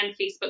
Facebook